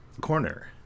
corner